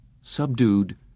Subdued